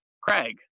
craig